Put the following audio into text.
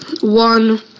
one